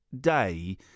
day